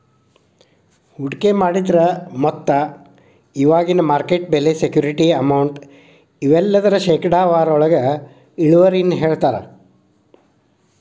ಹೂಡಿಕೆ ಮಾಡಿದ್ರ ಮೊತ್ತ ಇವಾಗಿನ ಮಾರ್ಕೆಟ್ ಬೆಲೆ ಸೆಕ್ಯೂರಿಟಿ ಅಮೌಂಟ್ ಇವೆಲ್ಲದರ ಶೇಕಡಾವಾರೊಳಗ ಇಳುವರಿನ ಹೇಳ್ತಾರಾ